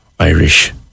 Irish